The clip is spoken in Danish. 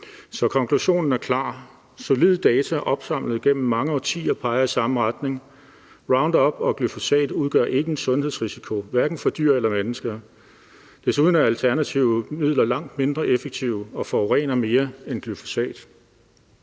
Så konklusionen er klar. Solide data opsamlet gennem mange årtier peger i samme retning: Roundup og glyfosat udgør ikke en sundhedsrisiko, hverken for dyr eller mennesker. Desuden er alternative midler langt mindre effektive, og de forurener mere end glyfosat.